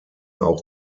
auch